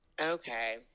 Okay